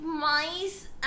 mice